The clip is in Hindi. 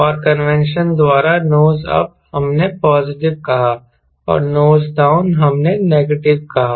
और कन्वेंशन द्वारा नोज अप हमने पॉजिटिव कहा और नोज डाउन हमने नेगेटिव कहा